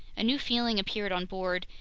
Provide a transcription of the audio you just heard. a new feeling appeared on board,